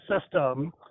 system